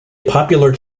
popular